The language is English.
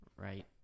Right